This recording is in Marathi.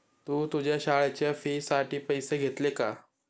तू तुझ्या शाळेच्या फी साठी पैसे घेतले का?